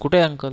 कुठे आहे अंकल